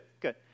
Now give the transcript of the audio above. good